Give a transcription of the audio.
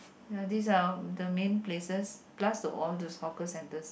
ya these are the main places plus to all those hawker centres